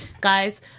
Guys